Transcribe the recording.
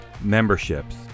memberships